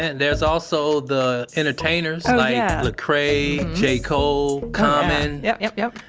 and there's also the entertainers, like yeah lecrae, j. cole common yep, yep, yep!